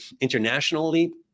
internationally